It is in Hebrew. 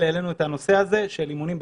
העלינו את הנושא של אימונים בפארק.